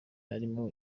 harimo